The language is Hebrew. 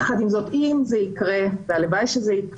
יחד עם זאת, אם זה יקרה, והלוואי שכך,